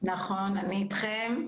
אני איתכם.